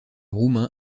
roumain